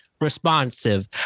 responsive